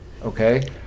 Okay